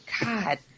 God